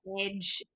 edge